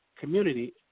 community